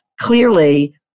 clearly